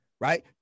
Right